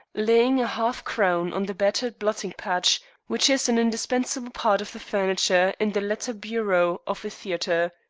laying a half-crown on the battered blotting-pad which is an indispensable part of the furniture in the letter bureau of a theatre.